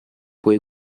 puoi